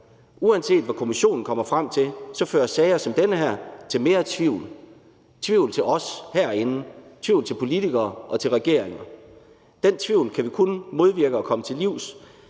Uanset hvad kommissionen kommer frem til, fører sager som den her til mere tvivl – tvivl til os herinde, tvivl til politikere og til regeringer. Den tvivl kan vi kun modvirke og komme til livs,